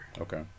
Okay